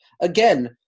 Again